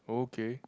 okay